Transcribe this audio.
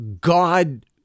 God